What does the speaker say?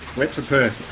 wet for perth.